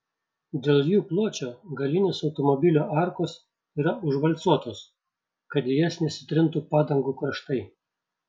dėl jų pločio galinės automobilio arkos yra užvalcuotos kad į jas nesitrintų padangų kraštai